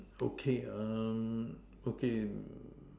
okay um okay